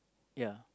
ya